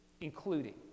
including